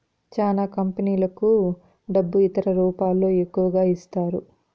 చానా కంపెనీలకు డబ్బు ఇతర రూపాల్లో ఎక్కువగా ఇస్తారు